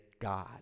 God